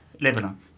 Lebanon